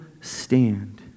stand